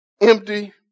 empty